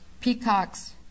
peacocks